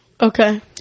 Okay